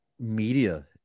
Media